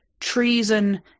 treason